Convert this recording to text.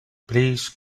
please